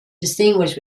distinguish